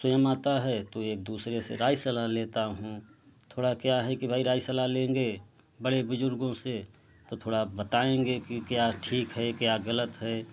स्वयं आता है तो एक दूसरे से राय सलाह लेता हूँ थोड़ा क्या है कि राय सलाह लेंगे बड़े बुज़ुर्गों से थोड़ा बताएँगे कि क्या ठीक है क्या गलत है